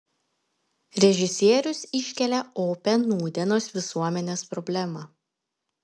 režisierius iškelia opią nūdienos visuomenės problemą